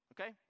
okay